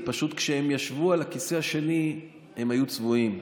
זה פשוט כשהם ישבו על הכיסא השני הם היו צבועים.